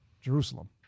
Jerusalem